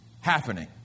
happening